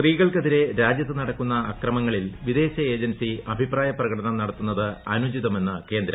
സ്ത്രീകൾക്കെതിരെ രാജ്യത്ത് ്നടക്കുന്ന അക്രമങ്ങളിൽ ന് വിദേശ ഏജൻസി അഭിപ്പായ പ്രകടനം നടത്തുന്നത് അനുചിതമെന്ന് ക്ലേന്ദ്റം